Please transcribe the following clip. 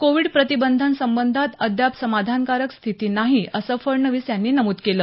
Covid प्रतिबंधासंबंधात अद्याप समाधानकारक स्थिती नाही असं फडणवीस यांनी नमूद केलं